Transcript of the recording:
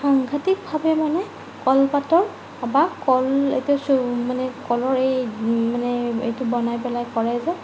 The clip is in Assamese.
সাংঘাতিকভাৱে মানে কলপাতৰ বা কল এতিয়া মানে কলৰ এই মানে এইটো বনাই পেলাই কৰে যে